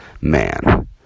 man